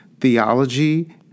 theology